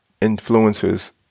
influences